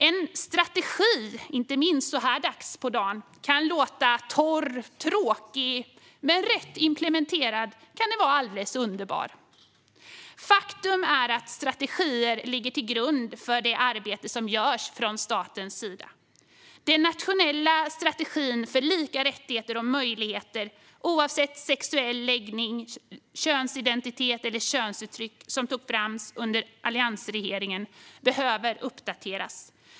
En strategi kan inte minst så här dags på dagen låta torr och tråkig, men rätt implementerad kan den vara alldeles underbar. Faktum är att strategier ligger till grund för det arbete som görs från statens sida. Den nationella strategin för lika rättigheter och möjligheter oavsett sexuell läggning, könsidentitet eller könsuttryck, som togs fram under alliansregeringen, behöver uppdateras.